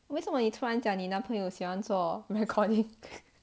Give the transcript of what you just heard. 为什么你突然讲你男朋友喜欢做 recording